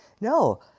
No